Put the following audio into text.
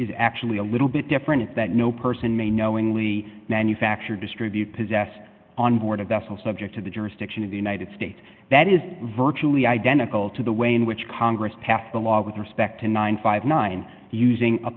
is actually a little bit different that no person may knowingly manufacture distribute possess on board a vessel subject to the jurisdiction of the united states that is virtually identical to the way in which congress passed the law with respect to nine